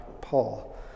Paul